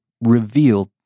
revealed